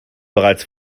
bereits